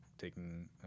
taking